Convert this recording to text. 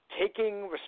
taking